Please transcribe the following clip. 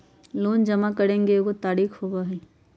Loan जमा करेंगे एगो तारीक होबहई?